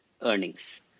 earnings